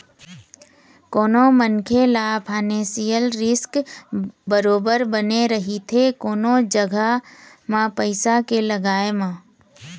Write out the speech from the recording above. कोनो मनखे ल फानेसियल रिस्क बरोबर बने रहिथे कोनो जघा म पइसा के लगाय म